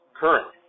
current